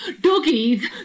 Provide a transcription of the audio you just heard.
doggies